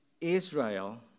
Israel